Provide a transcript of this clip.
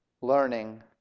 learning